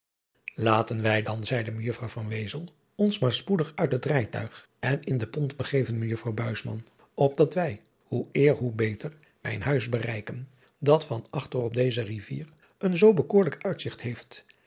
laten wij dan zeide mejuffrouw van wezel ons maar spoedig uit het rijtuig en in de pont begeven mejuffrouw buisman opdat wij hoe eer zoo beter mijn huis bereiken dat van achter op deze rivier een zoo bekoorlijk uitzigt heeft